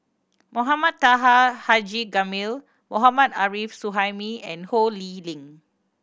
Mohamed Taha Haji Jamil Mohammad Arif Suhaimi and Ho Lee Ling